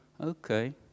Okay